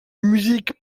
musique